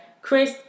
Chris